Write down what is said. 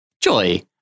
Joy